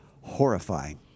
horrifying